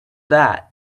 that